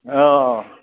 औ